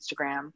Instagram